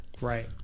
Right